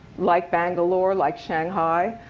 like bangalore, like shanghai.